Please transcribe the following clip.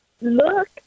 look